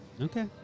Okay